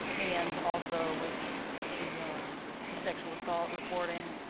and also with the the sexual assault reporting,